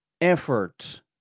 effort